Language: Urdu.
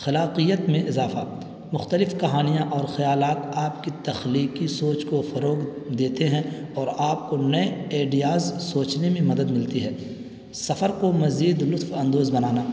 خلاقیت میں اضافہ مختلف کہانیاں اور خیالات آپ کی تخلیقی سوچ کو فروغ دیتے ہیں اور آپ کو نئے آئیڈیاز سوچنے میں مدد ملتی ہے سفر کو مزید لطف اندوز بنانا